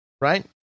right